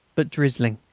but drizzling.